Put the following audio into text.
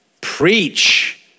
Preach